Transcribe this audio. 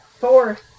four